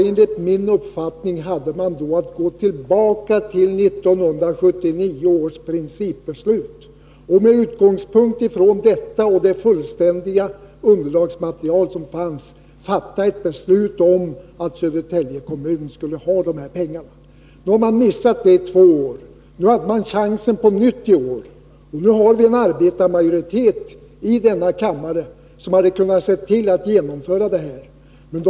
Enligt min mening hade man då att gå tillbaka till 1979 års principbeslut och med utgångspunkt i detta och det fullständiga underlagsmaterial som fanns fatta ett beslut om att Södertälje kommun skulle ha dessa pengar. Nu har man missat detta tillfälle under två år. Man har emellertid chansen på nytt i år. Nu har vi i denna kammare en arbetarmajoritet, som borde ha kunnat genomföra detta förslag.